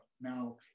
Now